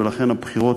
ולכן הבחירות